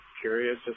curious